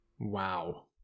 Wow